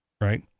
right